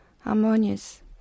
harmonious